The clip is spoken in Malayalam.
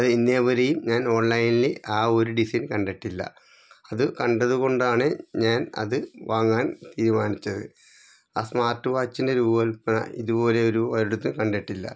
അത് ഇന്നേ വരെയും ഞാൻ ഓൺലൈനിൽ ആ ഒരു ഡിസൈൻ കണ്ടിട്ടില്ല അതു കണ്ടത് കൊണ്ടാണ് ഞാൻ അതു വാങ്ങാൻ തീരുമാനിച്ചത് ആ സ്മാർട്ട് വാച്ചിൻ്റെ രൂപകൽപ്പന ഇതു പോലെ ഒരു ഒരിടത്തും കണ്ടിട്ടില്ല